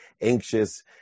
anxious